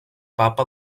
papa